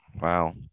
Wow